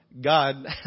God